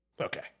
Okay